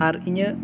ᱟᱨ ᱤᱧᱟᱹᱜ